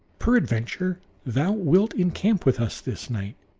per ad venture thou wilt encamp with us this night,